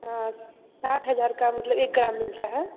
हाँ साठ हज़ार का मतलब एक ग्राम मिलता है